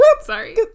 Sorry